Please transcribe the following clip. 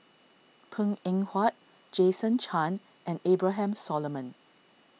Png Eng Huat Jason Chan and Abraham Solomon